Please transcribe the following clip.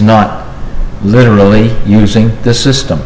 not literally using the system